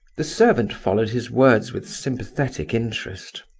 the servant followed his words with sympathetic interest.